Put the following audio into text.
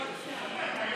מריח,